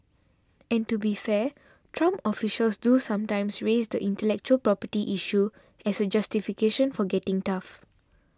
and to be fair Trump officials do sometimes raise the intellectual property issue as a justification for getting tough